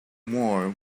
more